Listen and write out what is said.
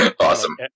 Awesome